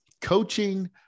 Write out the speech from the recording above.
Coaching